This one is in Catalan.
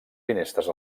finestres